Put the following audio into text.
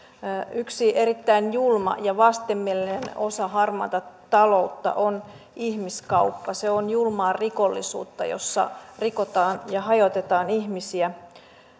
yksi erittäin julma ja vastenmielinen osa harmaata taloutta on ihmiskauppa se on julmaa rikollisuutta jossa rikotaan ja hajotetaan ihmisiä